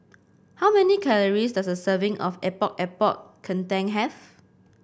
how many calories does a serving of Epok Epok Kentang have